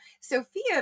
Sophia